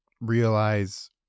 realize